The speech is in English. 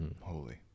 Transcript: holy